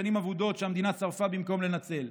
שנים אבודות שהמדינה שרפה במקום לנצל.